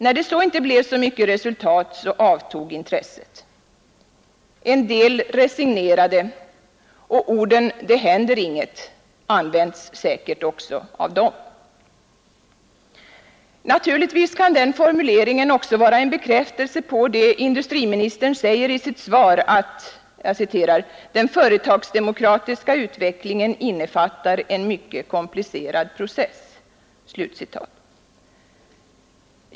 När det så inte blev särskilt mycket resultat, avtog intresset. En del resignerade, och orden ”det händer inget” används säkert också av dem. Naturligtvis kan den formuleringen också vara en bekräftelse på det industriministern säger i sitt svar om att ”den företagsdemokratiska utvecklingen innefattar en mycket komplicerad process”.